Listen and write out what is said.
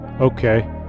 okay